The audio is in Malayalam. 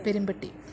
പെരുംപെട്ടി